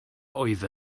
oedd